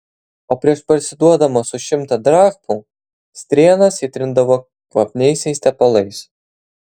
o prieš parsiduodamos už šimtą drachmų strėnas įtrindavo kvapniaisiais tepalais